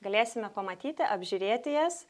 galėsime pamatyti apžiūrėti jas